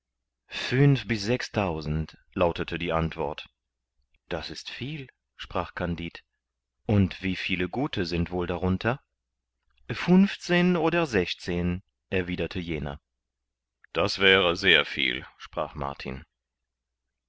fünf bis sechstausend lautete die antwort das ist viel sprach kandid und wie viel gute sind wohl darunter funfzehn oder sechszehn erwiderte jener das wäre sehr viel sprach martin